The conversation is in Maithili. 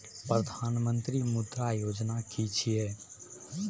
प्रधानमंत्री मुद्रा योजना कि छिए?